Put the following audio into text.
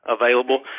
available